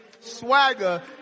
Swagger